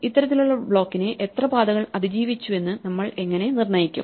ഇത്തരത്തിലുള്ള ബ്ലോക്കിനെ എത്ര പാതകൾ അതിജീവിച്ചുവെന്ന് നമ്മൾ എങ്ങനെ നിർണ്ണയിക്കും